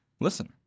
listen